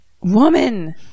woman